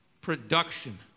production